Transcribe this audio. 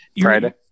Friday